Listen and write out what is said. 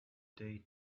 day